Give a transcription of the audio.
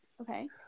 Okay